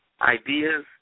ideas